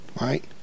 Right